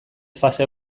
fase